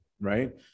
right